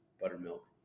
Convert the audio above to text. Buttermilk